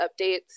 updates